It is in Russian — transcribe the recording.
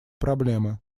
проблемы